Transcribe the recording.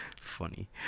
Funny